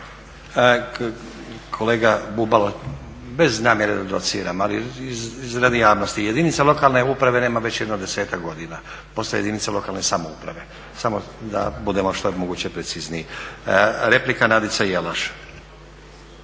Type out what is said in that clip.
Kolega Bubalo, bez namjere da dociram. Ali radi javnosti, jedinica lokalne uprave nema već jedno desetak godina, postoje jedinice lokalne samouprave. Samo da budemo što je moguće precizniji. Replika Nadice Jelaš.